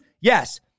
Yes